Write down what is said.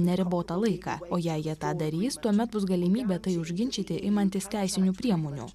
neribotą laiką o jei jie tą darys tuomet bus galimybė tai užginčyti imantis teisinių priemonių